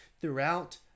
throughout